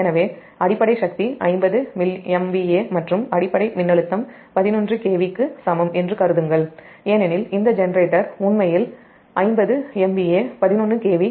எனவே அடிப்படை சக்தி 50 MVA மற்றும் அடிப்படை மின்னழுத்தம் 11 KVக்கு சமம் என்று கருதுங்கள்ஏனெனில் இந்த ஜெனரேட்டர் உண்மையில் 50 MVA 11 KV